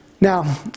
Now